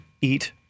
eat